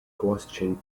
questioned